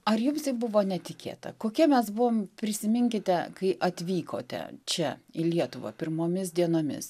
ar jums tai buvo netikėta kokie mes buvom prisiminkite kai atvykote čia į lietuvą pirmomis dienomis